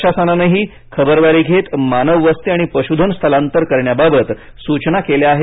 प्रशासनानेही खबरदारी घेत मानववस्ती आणि पशुधन स्थलांतर करण्याबाबत सूचना केल्या आहेत